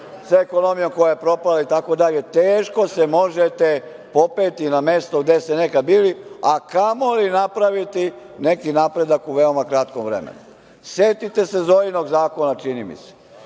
sa ekonomijom koja je propala itd. teško se možete popeti na mesto gde ste nekad bili, a kamoli napraviti neki napredak u veoma kratkom vremenu. Setite se Zojinog zakona, čini mi se.